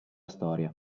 storia